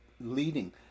leading